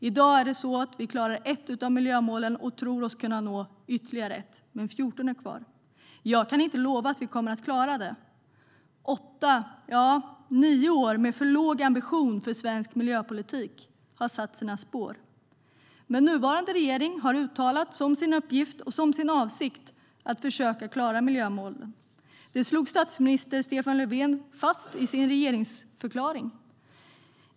I dag är det så att vi klarar ett av miljömålen och tror oss kunna nå ytterligare ett, men 14 är kvar. Jag kan inte lova att vi kommer att klara det. Åtta, ja nio år med för låg ambition med svensk miljöpolitik har satt sina spår. Nuvarande regering har dock uttalat som sin uppgift och som sin avsikt att försöka klara miljömålen. Det slog statsminister Stefan Löfven fast i sin regeringsförklaring.